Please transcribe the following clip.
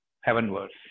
heavenwards